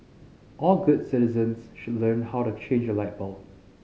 all good citizens should learn how to change a light bulb